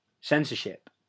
censorship